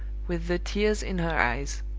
with the tears in her eyes!